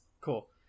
Cool